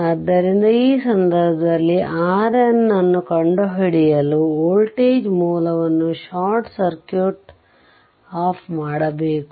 ಆದ್ದರಿಂದ ಈ ಸಂದರ್ಭದಲ್ಲಿ RN ಅನ್ನು ಕಂಡುಹಿಡಿಯಲು ವೋಲ್ಟೇಜ್ ಮೂಲವನ್ನು ಶಾರ್ಟ್ ಸರ್ಕ್ಯೂಟ್ ಆಫ್ ಮಾಡಬೇಕು